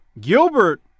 Gilbert